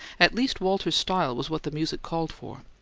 at least walter's style was what the music called for.